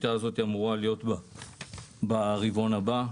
הטיוטה הזו אמורה להיות ברבעון הבא.